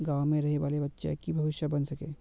गाँव में रहे वाले बच्चा की भविष्य बन सके?